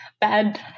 bad